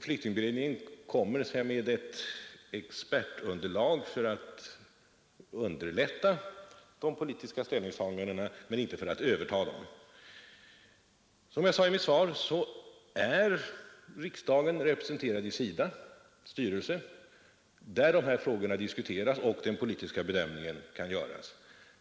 Flyktingberedningen lämnar underlag för att underlätta de politiska ställningstagandena men övertar inte dessa. Som jag sade i mitt svar är riksdagen representerad i SIDA:s styrelse, där dessa frågor diskuteras och där den politiska bedömningen kan göras.